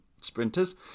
sprinters